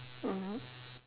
mmhmm